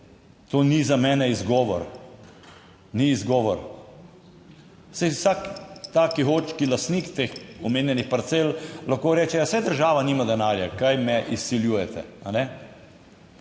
to ni za mene izgovor, ni izgovor. Saj vsak tak lastnik teh omenjenih parcel lahko reče, ja, saj država nima denarja, kaj me izsiljujete,